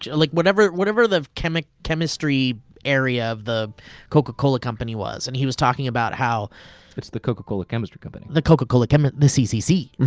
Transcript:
like whatever whatever the chemistry chemistry area of the coca cola company was. and he was talking about how it's the coca cola chemistry company. the coca cola, the ccc.